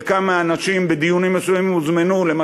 חלק מהאנשים הוזמנו לדיונים מסוימים,